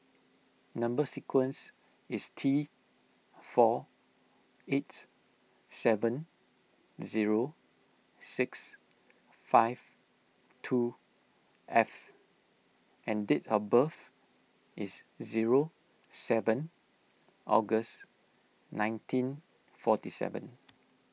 Number Sequence is T four eight seven zero six five two F and date of birth is zero seven August nineteen forty seven